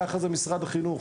כך זה משרד החינוך